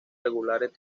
regulares